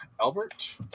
Albert